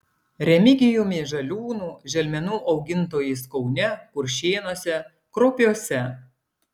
remigijumi žaliūnu želmenų augintojais kaune kuršėnuose kruopiuose